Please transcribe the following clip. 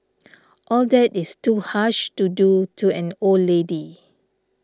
all that is too harsh to do to an old lady